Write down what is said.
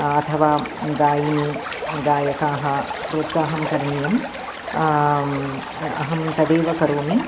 अथवा गायिनी गायकाः प्रोत्साहं करणीयम् अहं तदेव करोमि